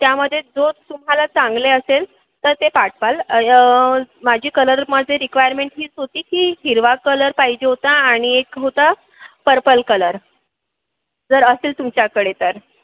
त्यामध्ये जो तुम्हाला चांगले असेल तर ते पाठवाल माझी कलरमध्ये रिक्वायरमेंट हीच होती की हिरवा कलर पाहिजे होता आणि एक होता पर्पल कलर जर असेल तुमच्याकडे तर